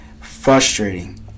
frustrating